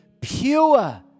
pure